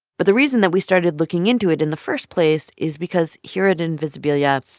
but the reason that we started looking into it in the first place is because here at invisibilia,